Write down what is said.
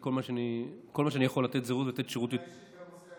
בכל מה שאני יכול לתת זירוז ולתת שירות --- אתה אישית גם עושה,